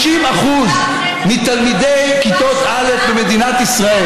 50% מתלמידי כיתות א' במדינת ישראל השנה,